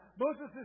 Moses